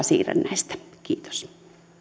siirrännäistä kiitos